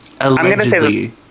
allegedly